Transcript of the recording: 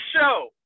show